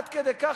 עד כדי כך?